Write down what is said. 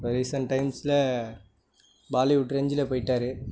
இப்போ ரீசன்ட் டைம்ஸில் பாலிவுட் ரேஞ்சில் போயிட்டார்